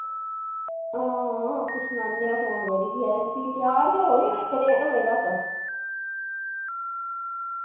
हां फ्ही सनाने आं फोन करियै ते फ्ही त्यार गै रवेओ इक डेढ़ बजे तक